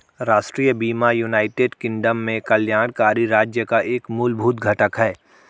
राष्ट्रीय बीमा United Kingdom में कल्याणकारी राज्य का एक मूलभूत घटक है